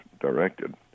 directed